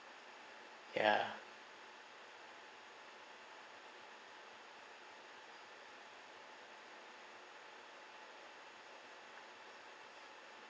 ya